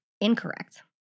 Incorrect